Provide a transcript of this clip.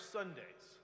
Sundays